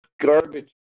garbage